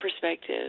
perspective